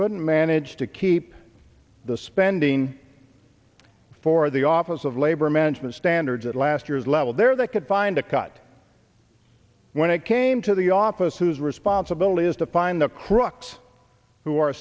couldn't manage to keep the spending for the office of labor management standards at last year's level there they could find a cut when it came to the office whose responsibility is to find the crux who are